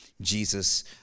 Jesus